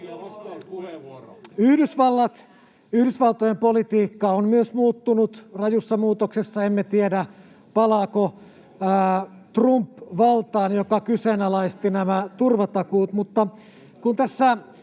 Yhdysvaltojen politiikka on myös muuttunut, rajussa muutoksessa. Emme tiedä, palaako valtaan Trump, joka kyseenalaisti nämä turvatakuut.